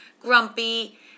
grumpy